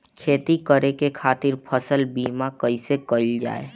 खेती करे के खातीर फसल बीमा कईसे कइल जाए?